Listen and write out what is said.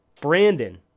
Brandon